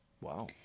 Wow